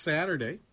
Saturday